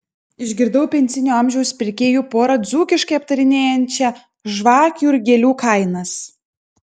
išgirdau pensinio amžiaus pirkėjų porą dzūkiškai aptarinėjančią žvakių ir gėlių kainas